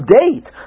date